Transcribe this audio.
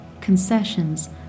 concessions